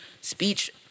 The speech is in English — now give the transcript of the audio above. speech